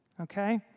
okay